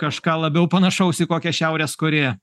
kažką labiau panašaus į kokią šiarės korėją